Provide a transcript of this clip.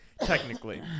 technically